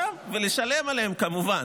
שם, ולשלם עליהן, כמובן.